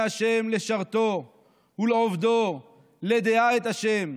"הובדלו מדרכי העולם.